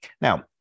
Now